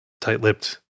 tight-lipped